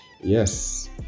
yes